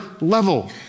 level